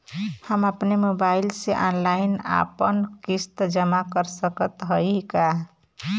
हम अपने मोबाइल से ऑनलाइन आपन किस्त जमा कर सकत हई का?